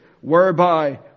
whereby